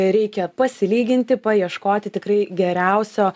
reikia pasilyginti paieškoti tikrai geriausio